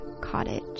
cottage